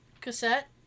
Cassette